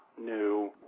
new